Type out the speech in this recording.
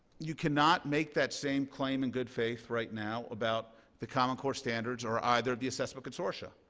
you cannot make that same claim in good faith right now about the common core standards or either the assessment consortium.